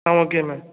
ah okay ma'am